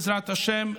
בעזרת השם,